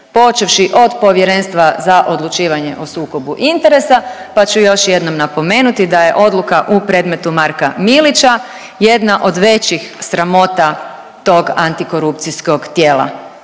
počevši od Povjerenstva za odlučivanje o sukobu interesa pa ću još jednom napomenuti da je odluka u predmetu Marka Milića jedna od većih sramota tog antikorupcijskog tijela.